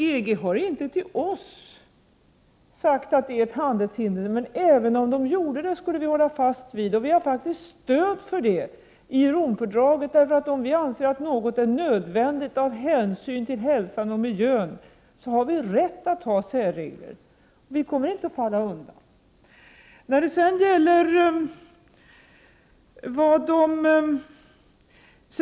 EG har inte till oss sagt att detta innebär ett handelshinder, men även om EG gjorde det skulle vi i Sverige hålla fast vid denna kravnivå. Vi har faktiskt stöd för detta i Romfördraget, där det sägs att om vi anser att något är nödvändigt av hänsyn till hälsan och miljön har vi rätt att ha särregler. Vi kommer inte att falla undan.